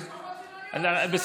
הוא בנוי למשפחות,